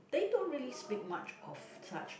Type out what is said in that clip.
they don't really speak much of such